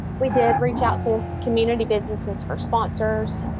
we did reach out to community businesses for sponsors.